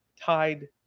tied